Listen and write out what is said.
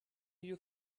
you